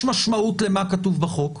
יש משמעות למה שכתוב בחוק: